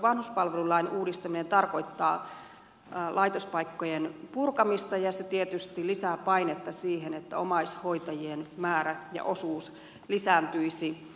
vanhuspalvelulain uudistaminen tarkoittaa laitospaikkojen purkamista ja se tietysti lisää painetta siihen että omaishoitajien määrä ja osuus lisääntyisi